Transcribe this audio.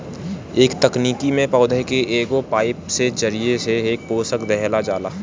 ए तकनीकी में पौधा के एगो पाईप के जरिया से सब पोषक देहल जाला